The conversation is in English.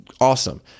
Awesome